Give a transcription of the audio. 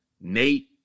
Nate